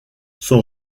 son